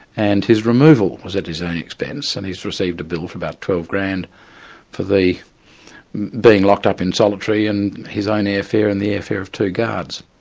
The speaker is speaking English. and his removal was at his own expense, and he's received a bill for about twelve grand for being locked up in solitary and his own air fare and the air fare of two guards.